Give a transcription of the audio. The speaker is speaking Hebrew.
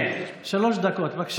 כן, שלוש דקות, בבקשה.